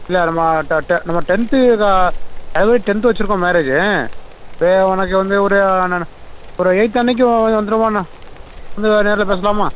இல்லை நம்ம ட டெ நம்ம டென்த்து இதாக ஜனவரி டென்த் வெச்சுருக்கோம் மேரேஜி பெ உனக்கு வந்து ஒரு நான் ஒரு எயித்து அன்றைக்கி ஓ வந்துடுவா நான் வந்து நேரில் பேசலாமா